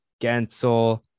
Gensel